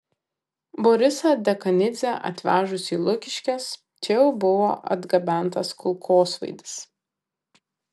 borisą dekanidzę atvežus į lukiškes čia jau buvo atgabentas kulkosvaidis